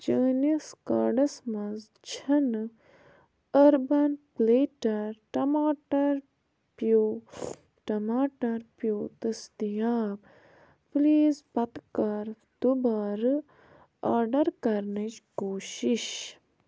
چٲنِس کاڈَس منٛز چھَنہٕ أربن پٕلیٹَر ٹماٹر پیوٗ ٹماٹر پیوٗ دٔسیتاب پٕلیٖز پتہٕ کَر دُبارٕ آرڈر کرنٕچ کوٗشِش